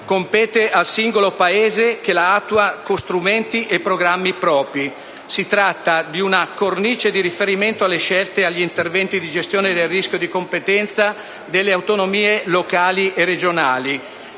compete al singolo Paese, che l'attua con strumenti e programmi propri; si tratta di una cornice di riferimento alle scelte e agli interventi di gestione del rischio di competenza delle autonomie locali e regionali.